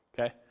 okay